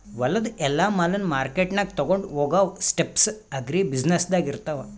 ಹೊಲದು ಎಲ್ಲಾ ಮಾಲನ್ನ ಮಾರ್ಕೆಟ್ಗ್ ತೊಗೊಂಡು ಹೋಗಾವು ಸ್ಟೆಪ್ಸ್ ಅಗ್ರಿ ಬ್ಯುಸಿನೆಸ್ದಾಗ್ ಇರ್ತಾವ